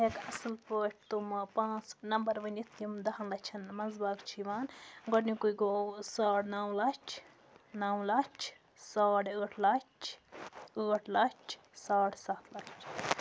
بہٕ ہٮ۪کہٕ اَصٕل پٲٹھۍ تِمہٕ پانٛژھ نَمبَر ؤنِتھ یِم دَہَن لَچھَن مَنٛز باگ چھِ یِوان گۄڈٕنیُکُے گوٚو ساڑ نَو لَچھ نَو لَچھ ساڑ ٲٹھ لَچھ ٲٹھ لَچھ ساڑ سَتھ لَچھ